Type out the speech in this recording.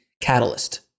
catalyst